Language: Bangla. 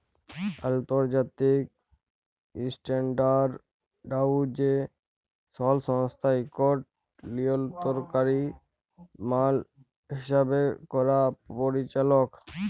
আলতর্জাতিক ইসট্যানডারডাইজেসল সংস্থা ইকট লিয়লতরলকারি মাল হিসাব ক্যরার পরিচালক